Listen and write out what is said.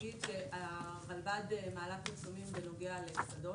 אני אגיד שהרלב"ד מעלה פרסומים בנוגע לקסדות.